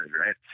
right